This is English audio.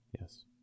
Yes